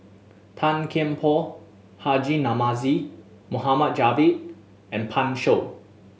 Tan Kian Por Haji Namazie Mohd Javad and Pan Shou